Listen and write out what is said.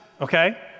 okay